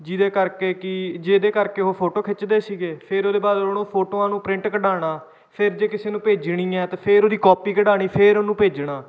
ਜਿਹਦੇ ਕਰਕੇ ਕਿ ਜਿਹਦੇ ਕਰਕੇ ਉਹ ਫੋਟੋ ਖਿੱਚਦੇ ਸੀਗੇ ਫਿਰ ਉਹਦੇ ਬਾਅਦ ਉਹਨਾਂ ਨੂੰ ਫੋਟੋਆਂ ਨੂੰ ਪ੍ਰਿੰਟ ਕਢਾਉਣਾ ਫਿਰ ਜੇ ਕਿਸੇ ਨੂੰ ਭੇਜਣੀ ਹੈ ਤਾਂ ਫਿਰ ਉਹਦੀ ਕਾਪੀ ਕਢਾਉਣੀ ਫਿਰ ਉਹਨੂੰ ਭੇਜਣਾ